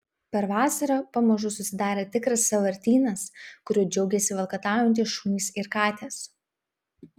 per vasarą pamažu susidarė tikras sąvartynas kuriuo džiaugėsi valkataujantys šunys ir katės